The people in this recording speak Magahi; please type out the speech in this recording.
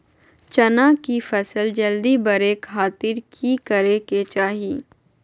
चना की फसल जल्दी बड़े खातिर की करे के चाही?